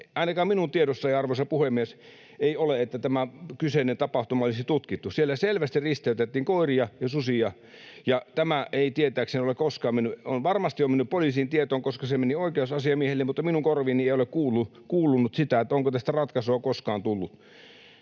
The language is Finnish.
ainakaan minun tiedossani, arvoisa puhemies, ei ole, että tämä kyseinen tapahtuma olisi tutkittu. Siellä selvästi risteytettiin koiria ja susia, ja tämä on varmasti mennyt poliisin tietoon, koska se meni oikeusasiamiehelle, mutta minun korviini ei ole kuulunut sitä, onko tästä ratkaisua koskaan tullut.